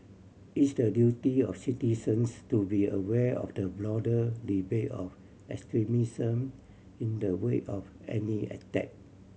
it's the duty of citizens to be aware of the broader debate of extremism in the wake of any attack